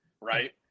right